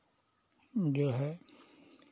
जो है